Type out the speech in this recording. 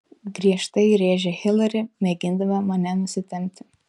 griežtai rėžia hilari mėgindama mane nusitempti